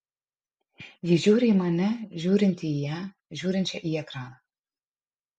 ji žiūri į mane žiūrintį į ją žiūrinčią į ekraną